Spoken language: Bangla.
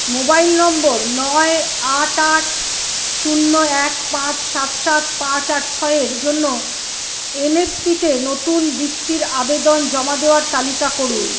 মোবাইল নম্বর নয় আট আট শূন্য এক পাঁচ সাত সাত পাঁচ আট ছয়ের জন্য এন এস পিতে নতুন বৃত্তির আবেদন জমা দেওয়ার তালিকা করুন